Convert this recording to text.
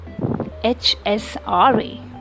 HSRA